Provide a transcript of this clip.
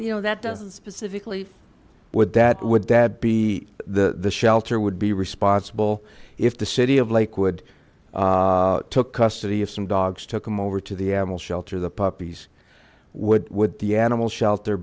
you know that doesn't specifically would that would that be the shelter would be responsible if the city of lakewood took custody of some dogs took them over to the animal shelter the puppies would with the animal shelter